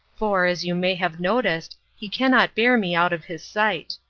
for, as you may have noticed, he cannot bear me out of his sight.